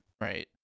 Right